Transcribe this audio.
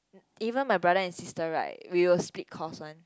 even my brother and sister right we will split cost one